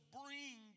bring